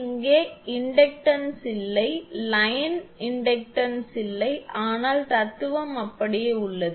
இங்கே இண்டக்டன்ஸ் இல்லை line inductance இல்லை ஆனால் தத்துவம் அப்படியே உள்ளது